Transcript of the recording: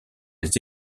les